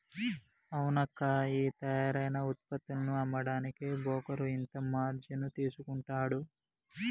అవునక్కా ఈ తయారైన ఉత్పత్తులను అమ్మడానికి బోకరు ఇంత మార్జిన్ తీసుకుంటాడు